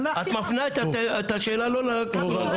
את מפנה את השאלה למקום הלא נכון.